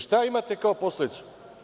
Šta imate kao posledicu?